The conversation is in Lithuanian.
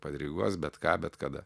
padiriguos bet ką bet kada